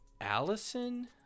allison